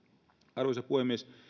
arvoisa puhemies